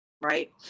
right